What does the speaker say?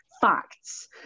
facts